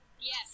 Yes